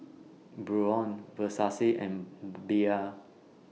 Braun Versace and Bia